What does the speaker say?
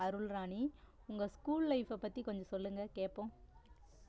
அருள்ராணி உங்கள் ஸ்கூல் லைஃபை பற்றி கொஞ்சம் சொல்லுங்கள் கேட்போம்